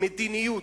"מדיניות".